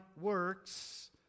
works